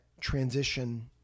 transition